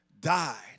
Died